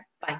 bye